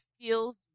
feels